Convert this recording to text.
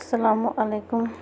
سَلامُ وعلیکُم